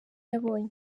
yabonye